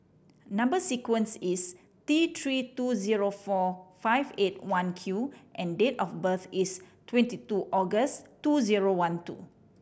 number sequence is T Three two zero four five eight one Q and date of birth is twenty two August two zero one two